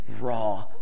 Raw